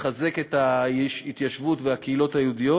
לחזק את ההתיישבות והקהילות היהודיות,